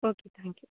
okay thank you